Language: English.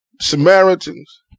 Samaritans